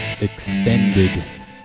extended